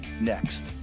next